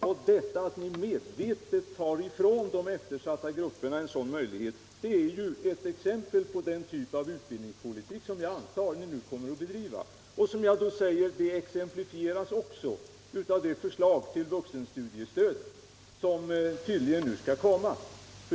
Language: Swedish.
Att ni medvetet tar ifrån de eftersatta grupperna en sådan möjlighet är ett exempel på den typ av utbildningspolitik som jag antar att ni nu kommer att bedriva. Den exemplifieras också av det förslag till vuxenstudiestöd som tydligen skall komma.